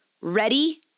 ready